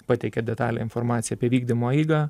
pateikia detalią informaciją apie vykdymo eigą